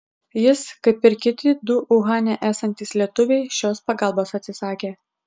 jis kaip ir kiti du uhane esantys lietuviai šios pagalbos atsisakė